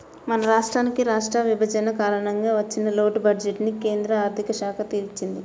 మన రాష్ట్రానికి రాష్ట్ర విభజన కారణంగా వచ్చిన లోటు బడ్జెట్టుని కేంద్ర ఆర్ధిక శాఖ తీర్చింది